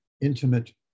intimate